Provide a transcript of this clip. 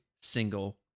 single